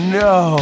no